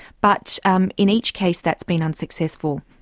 but um in each case that's been unsuccessful.